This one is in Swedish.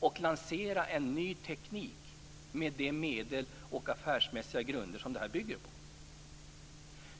och lansera en ny teknik med de medel och affärsmässiga grunder som den bygger på?